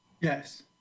Yes